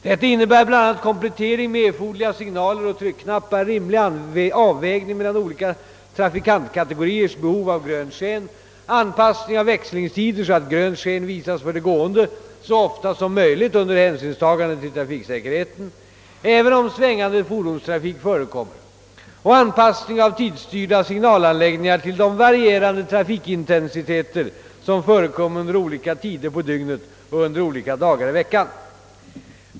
Detta innebär bl.a. komplettering med erforderliga signaler och tryckknappar, rimlig avvägning mellan olika trafikantkatego riers behov av grönt sken, anpassning av växlingstider så att grönt sken visas för de gående så ofta som möjligt under hänsynstagande till trafiksäkerheten, även om svängande fordonstrafik förekommer och anpassning av tidsstyrda signalanläggningar till de varierande trafikintensiteter som förekommer under olika tider på dygnet och under olika dagar i veckan.